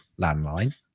landline